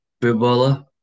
footballer